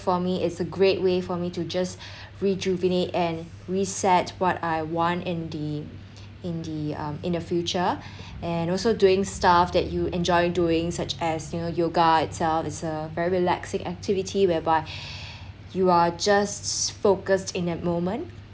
for me it's a great way for me to just rejuvenate and reset what I want in the in the um in the future and also doing stuff that you enjoy doing such as you know yoga itself is a very relaxing activity whereby you're just focused in a moment